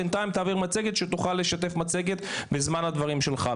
בינתיים תעביר מצגת שתוכל לשתף מצגת בזמן הדברים שלך.